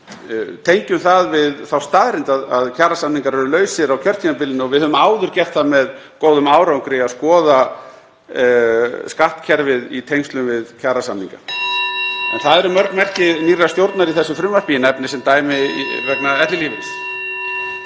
tengjum það við þá staðreynd að kjarasamningar eru lausir á kjörtímabilinu og við höfum áður gert það með góðum árangri að skoða skattkerfið í tengslum við kjarasamninga. (Forseti hringir.) En það eru mörg merki nýrrar stjórnar í þessu frumvarpi. Ég nefni sem dæmi vegna ellilífeyris.